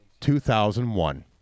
2001